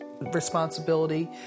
responsibility